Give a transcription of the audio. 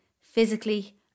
physically